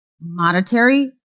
monetary